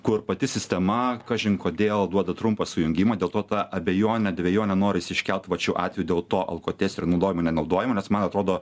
kur pati sistema kažin kodėl duoda trumpą sujungimą dėl to tą abejonę dvejonę norisi iškelt vat šiuo atveju dėl to alkotesterio naudojimo nenaudojimo nes man atrodo